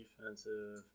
defensive